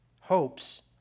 hopes